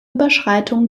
überschreitung